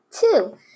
two